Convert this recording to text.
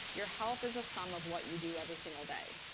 your health is a sum of what you do every single day.